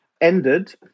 ended